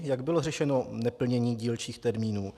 Jak bylo řešeno neplnění dílčích termínů?